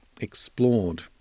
explored